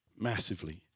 massively